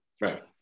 right